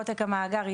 עותק המאגר,